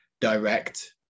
direct